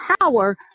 power